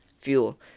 Fuel